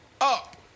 up